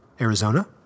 Arizona